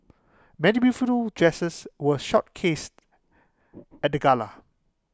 many beautiful dresses were showcased at the gala